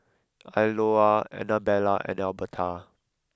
Iola Anabella and Elberta